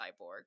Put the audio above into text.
cyborg